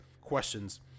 questions